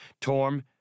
Torm